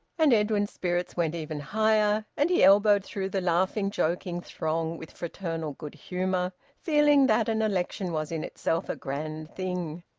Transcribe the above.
and edwin's spirits went even higher, and he elbowed through the laughing, joking throng with fraternal good-humour, feeling that an election was in itself a grand thing,